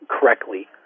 correctly